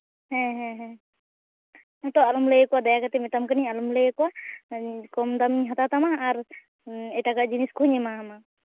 ᱦᱮᱸ ᱦᱮᱸ ᱦᱮᱸ ᱱᱤᱛᱳᱜ ᱟᱞᱚᱢ ᱞᱟᱹᱭᱟᱠᱚᱣᱟ ᱫᱟᱭᱟ ᱠᱟᱛᱮ ᱢᱮᱛᱟᱢ ᱠᱟᱹᱱᱟᱹᱧ ᱟᱞᱚᱢ ᱞᱟᱹᱭᱟᱠᱚᱣᱟ ᱠᱚᱢ ᱫᱟᱢᱤᱧ ᱦᱟᱛᱟᱣ ᱛᱟᱢᱟ ᱟᱨ ᱮᱴᱟᱜᱟᱜ ᱡᱤᱱᱤᱥ ᱠᱩᱧ ᱮᱢᱟᱣᱟᱢᱟ